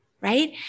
right